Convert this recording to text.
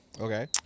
Okay